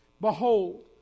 Behold